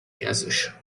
persisch